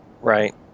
Right